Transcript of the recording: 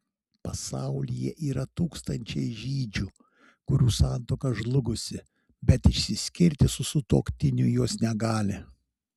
pasaulyje yra tūkstančiai žydžių kurių santuoka žlugusi bet išsiskirti su sutuoktiniu jos negali